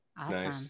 Awesome